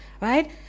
right